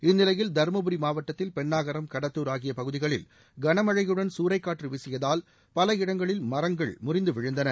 இந்நிலையில் தருமபுரி மாவட்டத்தில் பென்னாகரம் கடத்தூர் ஆகிய பகுதிகளில் கனமழையுடன் சூறைக்காற்று வீசியதால் பல இடங்களில் மரங்கள் முறிந்து விழுந்தன